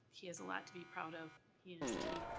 he has a lot to be proud of, he and his team.